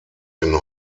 den